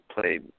play